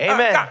Amen